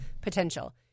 potential